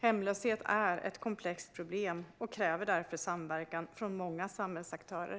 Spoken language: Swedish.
Hemlöshet är ett komplext problem och kräver samverkan från många samhällsaktörer.